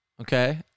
Okay